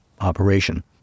operation